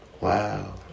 Wow